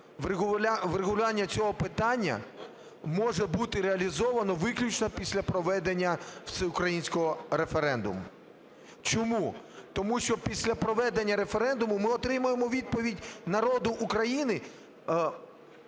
врегулювання цього питання може бути реалізовано виключно після проведення всеукраїнського референдуму. Чому? Тому що після проведення референдуму ми отримаємо відповідь: народу України,